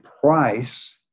price